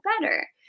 better